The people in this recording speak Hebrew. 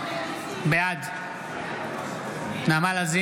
בעד אביגדור ליברמן,